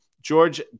George